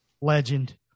Legend